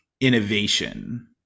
innovation